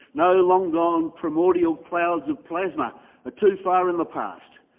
no long-gone primordial clouds of plasma are too far in the past,